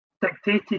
dictated